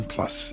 Plus